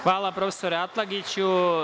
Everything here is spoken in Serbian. Hvala, profesore Atlagiću.